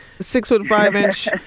six-foot-five-inch